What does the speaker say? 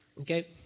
Okay